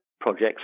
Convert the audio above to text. projects